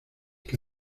que